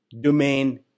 domain